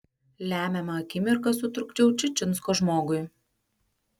lemiamą akimirką sutrukdžiau čičinsko žmogui